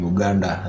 Uganda